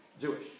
Jewish